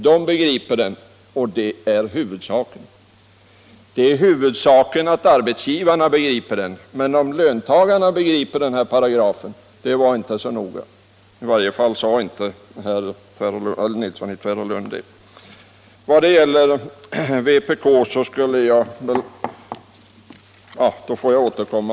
De begriper den, och det är huvudsaken. —- Huvudsaken är alltså att arbetsgivarna begriper den. Men om löntagarna begriper den eller ej — det är inte så noga. I varje fall sade inte herr Nilsson i Tvärålund det. När det gäller vpk får jag återkomma.